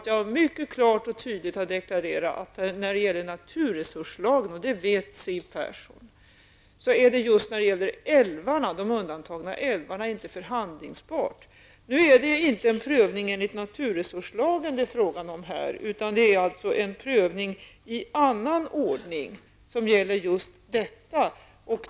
Jag har klart och tydligt deklarerat att när det gäller naturresurslagen, och det vet Siw Persson, är just frågan om älvarna, de undantagna älvarna, inte förhandlingsbar. Det är inte en prövning enligt naturresurslagen som det är fråga om här. Det är en prövning i annan ordning som gäller just detta.